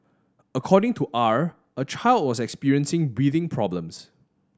according to R a child was experiencing breathing problems